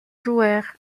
joueurs